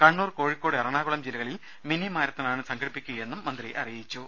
കണ്ണൂർ കോഴിക്കോട് എറണാകുളം ജില്ലകളിൽ മിനി മാരത്തണാണ് സംഘടിപ്പിക്കുകയെന്നും മന്ത്രി അറിയിച്ചു